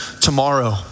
tomorrow